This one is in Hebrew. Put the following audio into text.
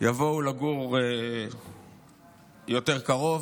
יבואו לגור יותר קרוב.